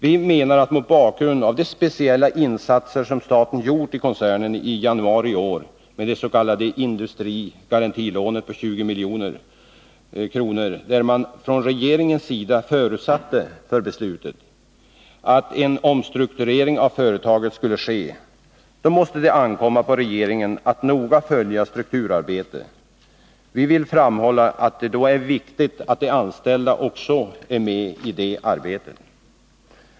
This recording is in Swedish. Vi menar att mot bakgrund av de speciella insatser som staten gjort i koncernen i januari i år med det s.k. industrigarantilånet på 20 milj.kr., varvid man från regeringens sida som en förutsättning för beslutet angav att en omstrukturering av företaget skulle ske, så måste det ankomma på regeringen att noga följa strukturarbetet. Vi vill framhålla att det är viktigt att också de anställda är med i det arbetet.